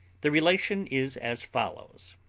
the relation is as follows